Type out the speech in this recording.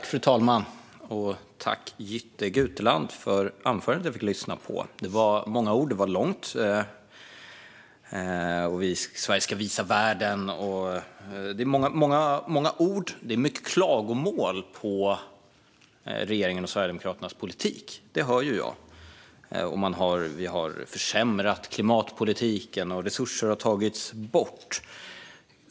Fru talman! Tack, Jytte Guteland, för anförandet vi fick lyssna på. Det var många ord. Det var långt. Sverige ska visa världen, och så vidare. Det var mycket klagomål på regeringens och Sverigedemokraternas politik, hörde jag. Vi har försämrat klimatpolitiken, och resurser har tagits bort.